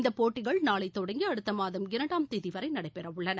இந்த போட்டிகள் நாளை தொடங்கி அடுத்த மாதம் இரண்டாம் தேதி வரை நடைபெறவுள்ளன